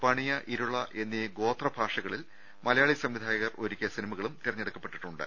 പണിയ ഇരുള എന്നീ ഗോത്രഭാഷക ളിൽ മലയാളീ സംവിധായകർ ഒരുക്കിയ സിനിമകളും തെരഞ്ഞെ ടുക്കപ്പെട്ടിട്ടുണ്ട്